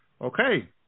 Okay